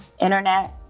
internet